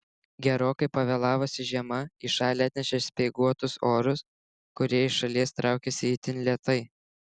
gerokai pavėlavusi žiema į šalį atnešė speiguotus orus kurie iš šalies traukiasi itin lėtai